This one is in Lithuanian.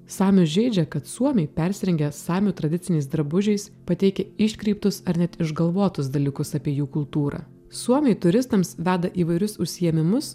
samius žeidžia kad suomiai persirengę samių tradiciniais drabužiais pateikia iškreiptus ar net išgalvotus dalykus apie jų kultūrą suomiai turistams veda įvairius užsiėmimus